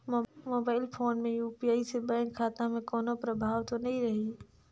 Mobile phone मे UPI से bank खाता मे कोनो प्रभाव तो नइ रही?